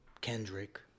Kendrick